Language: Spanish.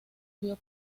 vio